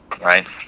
right